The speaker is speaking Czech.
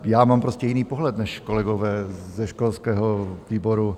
Já mám prostě jiný pohled než kolegové ze školského výboru.